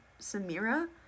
Samira